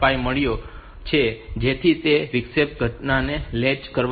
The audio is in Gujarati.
5 મળ્યો છે જેથી તે તે વિક્ષેપની ઘટનાને લૅચ કરવા માટે છે તેથી જો RST 7